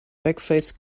backface